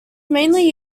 mainly